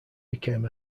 became